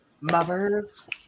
mothers